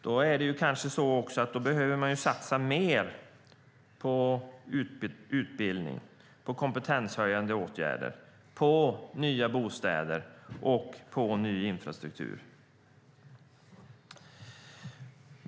Då behöver man satsa mer på utbildning, på kompetenshöjande åtgärder, på nya bostäder och på ny infrastruktur.